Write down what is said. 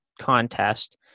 contest